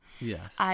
Yes